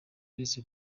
uretse